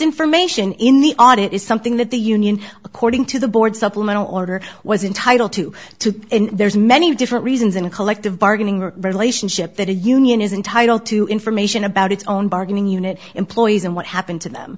information in the audit is something that the union according to the board supplemental order was entitle to to there's many different reasons in a collective bargaining relationship that a union is entitled to information about its own bargaining unit in and what happened to them